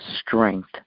strength